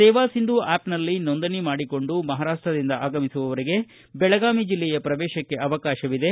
ಸೇವಾಸಿಂಧು ಆ್ಕಪ್ನಲ್ಲಿ ನೋಂದಣಿ ಮಾಡಿಕೊಂಡು ಮಹಾರಾಷ್ಟದಿಂದ ಆಗಮಿಸುವವರಿಗೆ ಬೆಳಗಾವಿ ಜಿಲ್ಲೆಯ ಪ್ರವೇಶಕ್ಕೆ ಅವಕಾಶವಿದೆ